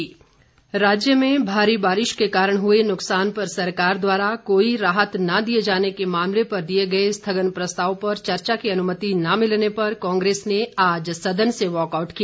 walkout राज्य में भारी बारिश के कारण हुए नुकसान पर सरकार द्वारा कोई राहत न दिए जाने के मामले पर दिए गए स्थगन प्रस्ताव पर चर्चा की अनुमति न मिलने पर कांग्रेस ने आज सदन से वाकआउट किया